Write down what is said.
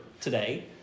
today